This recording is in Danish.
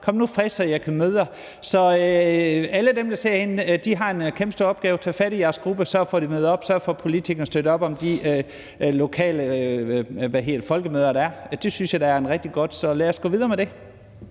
kom nu frisk, så jeg kan møde jer. Så alle dem, der sidder herinde, har en kæmpestor opgave. Tag fat i jeres gruppe og sørg for, at de møder op, og sørg for, at politikerne støtter op om de lokale folkemøder, der er. Det synes jeg da er rigtig godt. Så lad os gå videre med det.